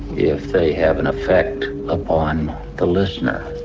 if they have an effect upon the listener.